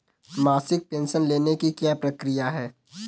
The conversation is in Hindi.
मासिक पेंशन लेने की क्या प्रक्रिया है?